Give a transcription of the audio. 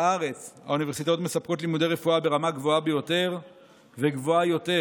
בארץ האוניברסיטאות מספקות לימודי רפואה ברמה גבוהה ביותר וגבוהה יותר